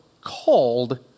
called